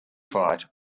fight